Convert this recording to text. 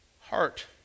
heart